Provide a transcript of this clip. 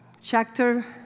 chapter